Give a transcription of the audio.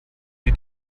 die